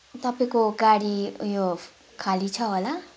तपाईँको गाडी उयो खाली छ होला